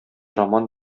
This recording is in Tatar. роман